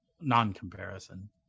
non-comparison